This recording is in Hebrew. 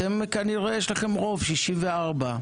אתם כנראה יש לכם רוב, 64,